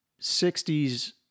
60s